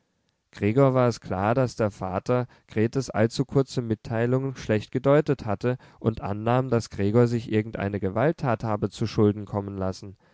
gregor war es klar daß der vater gretes allzu kurze mitteilung schlecht gedeutet hatte und annahm daß gregor sich irgendeine gewalttat habe zuschulden kommen lassen